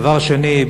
דבר שני,